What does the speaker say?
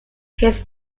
his